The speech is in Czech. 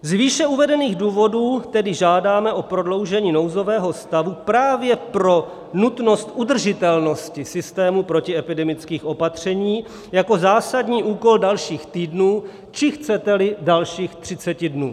Z výše uvedených důvodů tedy žádáme o prodloužení nouzového stavu právě pro nutnost udržitelnosti systému protiepidemických opatření jako zásadního úkolu dalších týdnů, či chceteli, dalších třiceti dnů.